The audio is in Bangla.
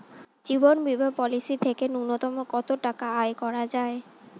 জীবন বীমা পলিসি থেকে ন্যূনতম কত টাকা আয় করা যায়?